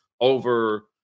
over